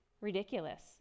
ridiculous